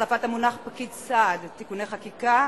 להחלפת המונח פקיד סעד (תיקוני חקיקה),